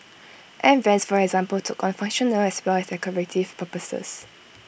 air Vents for example took on functional as well as decorative purposes